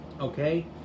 Okay